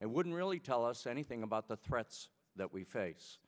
and wouldn't really tell us anything about the threats that we face